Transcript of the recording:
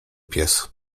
pies